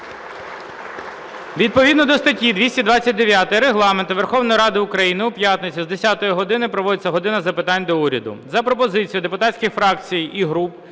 Відповідно до статті 229 Регламенту Верховної Ради України у п'ятницю з 10 години проводиться "година запитань до Уряду". За пропозицією депутатських фракцій і груп